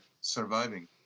surviving